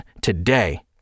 today